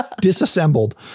disassembled